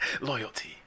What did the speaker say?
Loyalty